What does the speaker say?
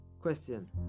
question